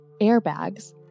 airbags